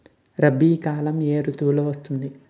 రబీ కాలం ఏ ఋతువులో వస్తుంది?